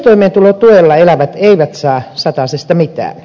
perustoimeentulotuella elävät eivät saa satasesta mitään